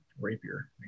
rapier